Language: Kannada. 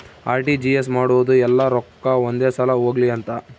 ಅರ್.ಟಿ.ಜಿ.ಎಸ್ ಮಾಡೋದು ಯೆಲ್ಲ ರೊಕ್ಕ ಒಂದೆ ಸಲ ಹೊಗ್ಲಿ ಅಂತ